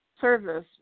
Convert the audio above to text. service